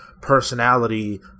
personality